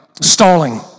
stalling